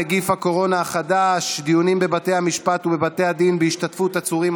נגיף הקורונה החדש) (דיונים בבתי משפט ובבתי דין בהשתתפות עצורים,